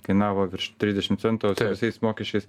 kainavo virš trisdešim centų visais mokesčiais